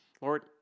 Lord